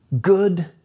Good